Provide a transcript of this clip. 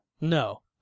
No